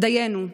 דיינו,